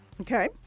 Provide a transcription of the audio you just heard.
Okay